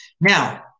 now